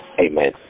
Amen